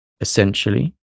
essentially